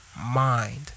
mind